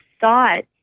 thought